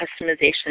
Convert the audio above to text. customization